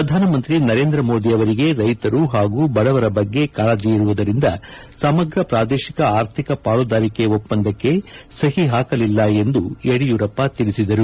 ಪ್ರಧಾನಮಂತ್ರಿ ನರೇಂದ್ರ ಮೋದಿ ಅವರಿಗೆ ರೈತರು ಹಾಗೂ ಬಡವರ ಬಗ್ಗೆ ಕಾಳಜಿ ಇರುವುದರಿಂದ ಸಮಗ್ರ ಪ್ರಾದೇಶಿಕ ಆರ್ಥಿಕ ಪಾಲುದಾರಿಕೆ ಒಪ್ಪಂದಕ್ಷೆ ಸಹಿ ಪಾಕಲಿಲ್ಲ ಎಂದು ಯಡಿಯೂರಪ್ಪ ತಿಳಿಸಿದರು